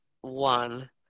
one